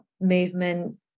movement